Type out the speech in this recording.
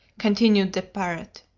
continued the parrot.